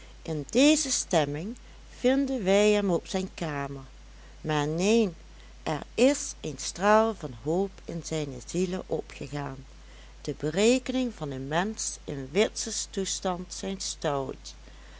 in deze stemming vinden wij hem op zijn kamer maar neen er is een straal van hoop in zijne ziele opgegaan de berekeningen van een mensch in witses toestand zijn stout